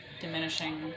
Diminishing